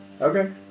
Okay